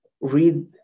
read